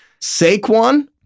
Saquon